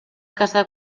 casar